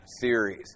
series